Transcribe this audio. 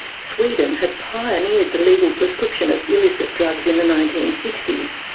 sweden had pioneered the legal prescription of illicit drugs in the nineteen sixty s.